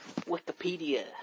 Wikipedia